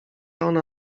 ona